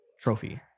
trophy